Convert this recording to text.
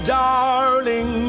darling